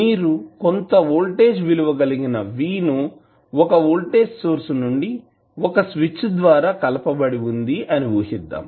మీరు కొంత వోల్టేజ్ విలువ కలిగిన V ను ఒక వోల్టేజ్ సోర్స్ నుండి ఒక స్విచ్ ద్వారా కలపబడి వుంది అని ఊహిద్దాం